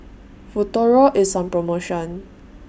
Futuro IS on promotion